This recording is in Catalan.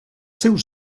seus